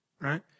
right